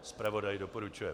Zpravodaj doporučuje.